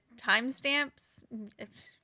timestamps